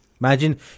Imagine